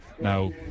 now